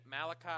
malachi